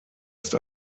ist